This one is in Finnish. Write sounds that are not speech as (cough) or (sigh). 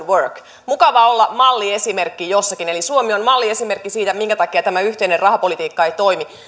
(unintelligible) work mukavaa olla malliesimerkki jossakin eli suomi on malliesimerkki siitä minkä takia tämä yhteinen rahapolitiikka ei toimi